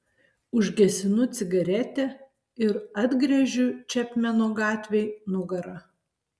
užgesinu cigaretę ir atgręžiu čepmeno gatvei nugarą